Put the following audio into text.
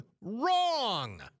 wrong